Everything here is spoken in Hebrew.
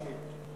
מסכים.